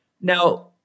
Now